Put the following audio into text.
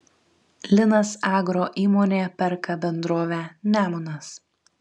linas agro įmonė perka bendrovę nemunas